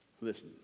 Listen